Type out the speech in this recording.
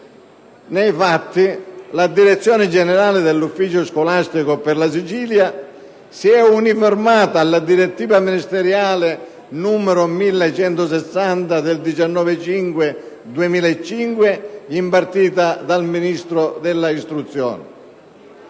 Nei fatti la direzione generale dell'ufficio scolastico per la Sicilia si è uniformata alla direttiva ministeriale n. 1160 del 19 maggio 2005, impartita dal Ministro dell'istruzione.